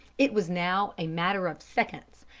it was now a matter of seconds,